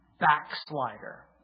Backslider